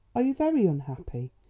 are you very unhappy?